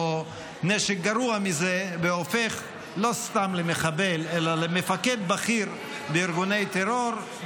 נשק גרוע מזה והופך לא סתם למחבל אלא למפקד בכיר בארגוני טרור,